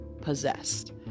possessed